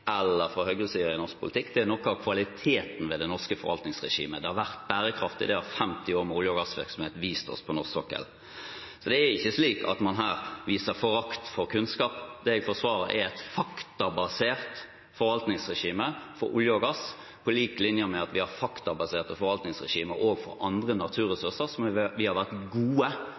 Det er noe av kvaliteten ved det norske forvaltningsregimet. Det har vært bærekraftig. Det har 50 år med olje- og gassvirksomhet på norsk sokkel vist oss. Det er ikke slik at man her viser forakt for kunnskap. Det jeg forsvarer, er et faktabasert forvaltningsregime for olje og gass, på lik linje med at vi har faktabaserte forvaltningsregimer også for andre naturressurser, som vi har vært gode